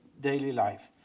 daily life.